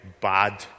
bad